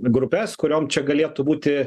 grupes kuriom čia galėtų būti